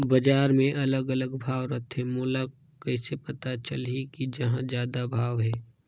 बजार मे अलग अलग भाव रथे, मोला कइसे पता चलही कि कहां जादा भाव हे?